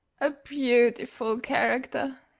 a beautiful character,